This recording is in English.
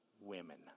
women